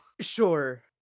Sure